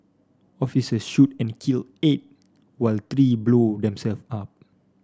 officer shoot and kill eight while three blow themself up